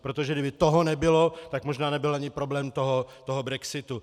Protože kdyby toho nebylo, tak možná nebyl ani problém toho brexitu.